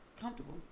Comfortable